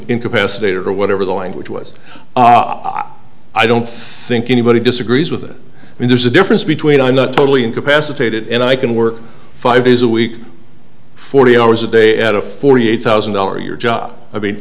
incapacitated or whatever the language was i don't think anybody disagrees with it and there's a difference between i'm not totally incapacitated and i can work five days a week forty hours a day at a forty eight thousand dollar your job i mean